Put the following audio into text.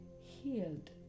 healed